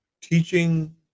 Teaching